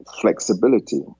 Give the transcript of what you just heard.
flexibility